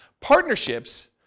Partnerships